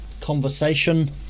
conversation